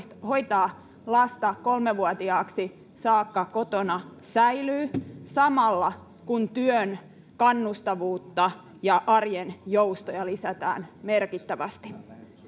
hoitaa lasta kolme vuotiaaksi saakka kotona säilyy samalla kun työn kannustavuutta ja arjen joustoja lisätään merkittävästi